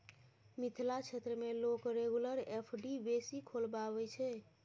मिथिला क्षेत्र मे लोक रेगुलर एफ.डी बेसी खोलबाबै छै